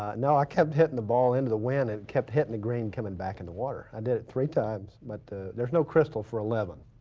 ah no i kept hitting the ball in the wind and kept hitting the green coming back in the water. i did it three times, but the there's no crystal for eleven.